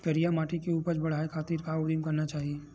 करिया माटी के उपज बढ़ाये खातिर का उदिम करना चाही?